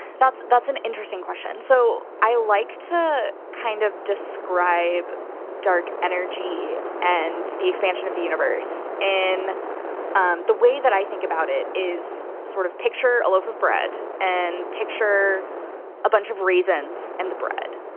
that's that's an interesting question. so i like to kind of describe dark energy and the expansion of the universe in um the way that i think about it is sort of picture a loaf of bread and picture a bunch of raisins in and the bread.